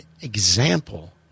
example